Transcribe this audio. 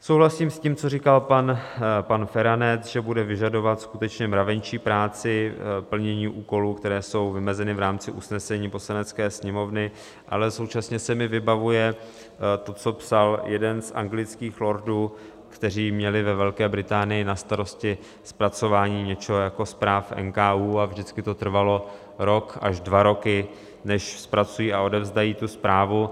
Souhlasím s tím, co říkal pan Feranec, že bude vyžadovat skutečně mravenčí práci plnění úkolů, které jsou vymezeny v rámci usnesení Poslanecké sněmovny, ale současně se mi vybavuje to, co psal jeden z anglických lordů, kteří měli ve Velké Británii na starosti zpracování něco jako zpráv NKÚ, a vždycky to trvalo rok až dva roky, než zpracují a odevzdají tu zprávu.